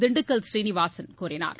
திண்டுக்கல் சீனிவாசன் கூறினார்